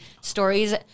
stories